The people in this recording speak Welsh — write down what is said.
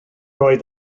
oedd